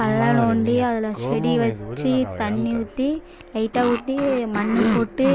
பள்ளம் நோண்டி அதில் செடி வச்சு தண்ணி ஊற்றி லைட்டாக ஊற்றி மண் போட்டு